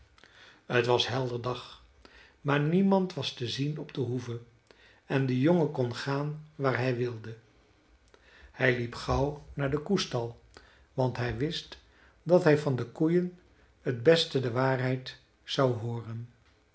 t was helder dag maar niemand was te zien op de hoeve en de jongen kon gaan waar hij wilde hij liep gauw naar den koestal want hij wist dat hij van de koeien t beste de waarheid zou hooren